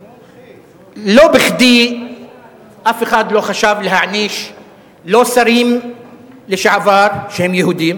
לא בכדי אף אחד לא חשב להעניש לא שרים לשעבר שהם יהודים,